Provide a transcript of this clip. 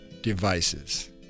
devices